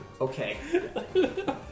Okay